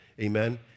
Amen